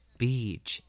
beach